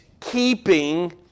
keeping